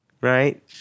right